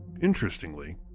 Interestingly